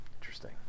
Interesting